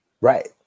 Right